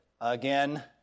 Again